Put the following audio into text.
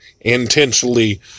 intentionally